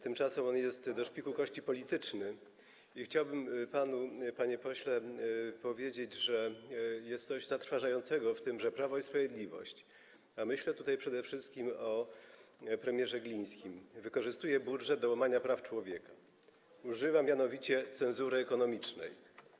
Tymczasem on jest do szpiku kości polityczny i chciałbym panu, panie pośle, powiedzieć, że jest coś zatrważającego w tym, że Prawo i Sprawiedliwość - a myślę tutaj przede wszystkim o premierze Glińskim - wykorzystuje budżet do łamania praw człowieka, mianowicie używa cenzury ekonomicznej.